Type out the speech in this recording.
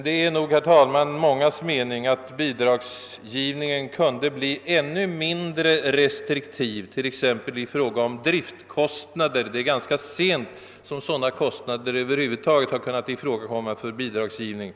Det är emellertid mångas mening att bidragsgivningen kunde bli ännu mindre restriktiv t.ex. i fråga om driftkostnader. Sådana kostnader har ganska sent kunnat över huvud taget ifrågakomma för bidragsgivning.